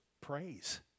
praise